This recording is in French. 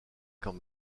quand